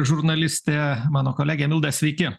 žurnalistė mano kolegė milda sveiki